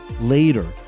Later